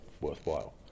worthwhile